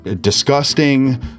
disgusting